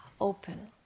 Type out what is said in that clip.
open